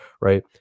right